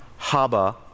Haba